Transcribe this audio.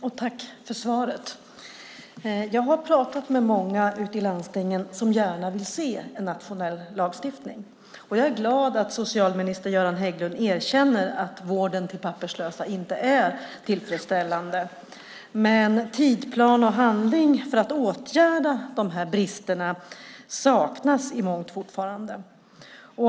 Fru talman! Tack för svaret! Jag har pratat med många ute i landstingen som gärna vill se en nationell lagstiftning, och jag är glad att socialminister Göran Hägglund erkänner att vården till papperslösa inte är tillfredsställande. Men tidsplan och handling för att åtgärda dessa brister saknas i mångt och mycket fortfarande.